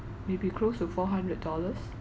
maybe close to four hundred dollars